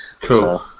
cool